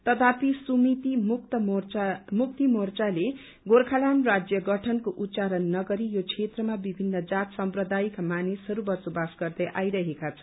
तथापि सुमिति मुक्ति मोर्खाल्याण्ड राज्य गठनको उच्चारण नगरी यो क्षेत्रमा विभिन्न जात सम्प्रदायका मानिसहरू बसोबासो गर्दै आईरहेका छन्